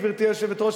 גברתי היושבת-ראש,